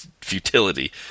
futility